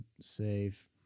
save